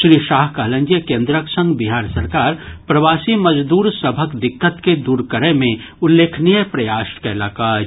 श्री शाह कहलनि जे केंद्रक संग बिहार सरकार प्रवासी मजदूर सभक दिक्कत के दूर करय मे उल्लेखनीय प्रयास कयलक अछि